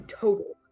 total